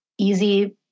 easy